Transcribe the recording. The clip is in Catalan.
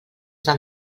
del